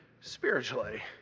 spiritually